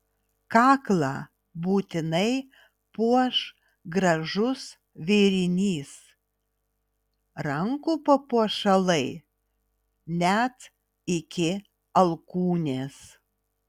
kaklą būtinai puoš gražus vėrinys rankų papuošalai net iki alkūnės